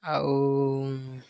ଆଉ